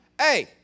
Hey